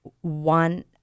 one